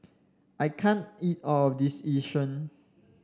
I can't eat all of this Yu Sheng